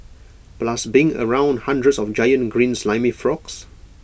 plus being around hundreds of giant green slimy frogs